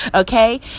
Okay